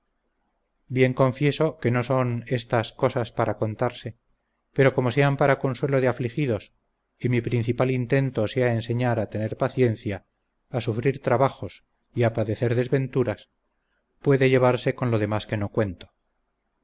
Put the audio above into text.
bien confieso que no son estas cosas para contarse pero como sean para consuelo de afligidos y mi principal intento sea enseñar a tener paciencia a sufrir trabajos y a padecer desventuras puede llevarse con lo demás que no cuento